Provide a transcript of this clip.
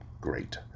great